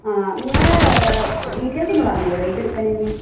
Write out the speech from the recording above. ആ നിങ്ങൾ ഡീറ്റെയിൽസ് ഒന്ന് പറഞ്ഞ് തരുവോ എഴുതി എടുക്കാനായിരുന്നു